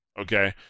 Okay